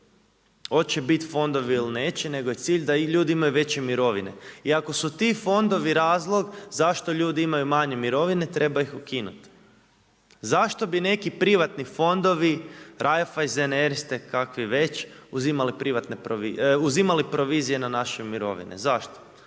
hoće biti fondovi ili neće nego je cilj da i ljudi imaju veće mirovine. I ako su ti fondovi razlog zašto ljudi imaju manje mirovine treba ih ukinuti. Zašto bi neki privatni fondovi Raiffeisen, Erste, kakvi već, uzimali provizije na naše mirovine? Zašto?